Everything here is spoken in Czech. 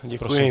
Děkuji.